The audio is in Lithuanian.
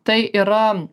tai yra